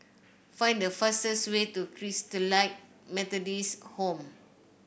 find the fastest way to Christalite Methodist Home